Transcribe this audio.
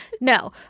No